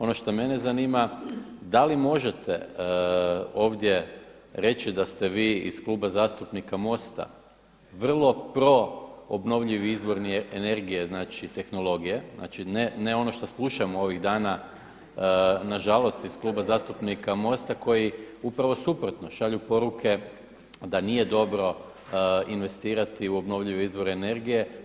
Ono što mene zanima, da li možete ovdje reći da ste vi iz Kluba zastupnika MOST-a vrlo pro obnovljivi izvori energije, znači tehnologije, znači ne ono što slušamo ovih danas nažalost iz Kluba zastupnika MOST-a koji upravo suprotno, šalju poruke da nije dobro investirati u obnovljive izvore energije?